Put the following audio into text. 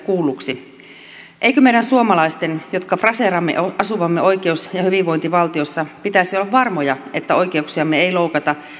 kuulluksi tulemisesta eikö meidän suomalaisten jotka fraseeraamme asuvamme oikeus ja hyvinvointivaltiossa pitäisi olla varmoja että oikeuksiamme ei loukata